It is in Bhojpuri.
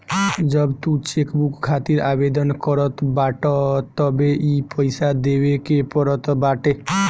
जब तू चेकबुक खातिर आवेदन करत बाटअ तबे इ पईसा देवे के पड़त बाटे